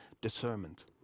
discernment